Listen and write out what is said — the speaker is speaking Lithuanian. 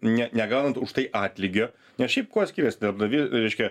ne negaunant už tai atlygio nes šiaip kuo skiriasi darbdaviai reiškia